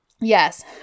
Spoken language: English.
yes